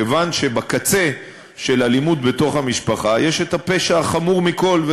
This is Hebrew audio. כיוון שבקצה של האלימות בתוך המשפחה יש הפשע החמור מכול,